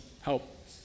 help